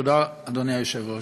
תודה לך, אדוני היושב-ראש.